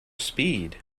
speed